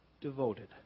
Devoted